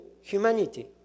humanity